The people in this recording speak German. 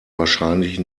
wahrscheinlich